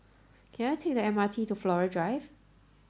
can I take the M R T to Flora Drive